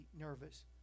nervous